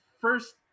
first